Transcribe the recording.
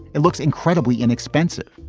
it looks incredibly inexpensive.